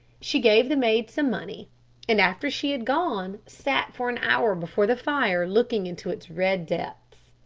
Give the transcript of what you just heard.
she gave the maid some money and after she had gone, sat for an hour before the fire looking into its red depths.